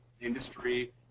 industry